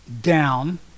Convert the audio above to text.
down